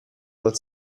non